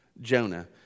Jonah